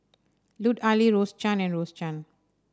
Lut Ali Rose Chan and Rose Chan